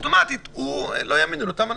הוא אוטומטית לא יאמין לאותם אנשים.